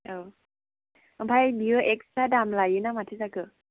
औ आमफाय बियो एक्सट्रा दाम लायो ना माथो जाखो